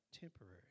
temporary